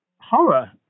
horror